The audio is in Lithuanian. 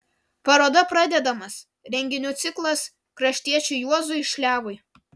paroda pradedamas renginių ciklas kraštiečiui juozui šliavui